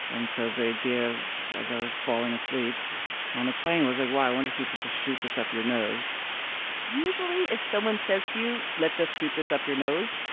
and so the idea of as i was falling asleep on the plane was like, wow, i wonder if you could just shoot this up your nose usually, if someone says to you, let's just shoot this up your nose.